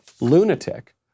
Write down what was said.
lunatic